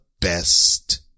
best